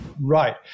Right